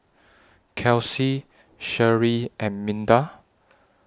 Kelcie Sharee and Minda